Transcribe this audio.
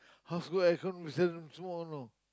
house good air con we seldon smoke you know